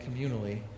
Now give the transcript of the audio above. communally